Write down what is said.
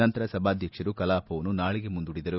ನಂತರ ಸಭಾಧ್ಯಕ್ಷರು ಕಲಾಪವನ್ನು ನಾಳೆಗೆ ಮುಂದೂಡಿದರು